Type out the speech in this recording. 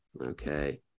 Okay